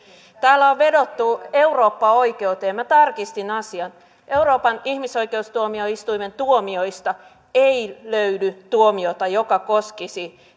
täällä on vedottu eurooppaoikeuteen ja minä tarkistin asian euroopan ihmisoikeustuomioistuimen tuomioista ei löydy tuomiota joka koskisi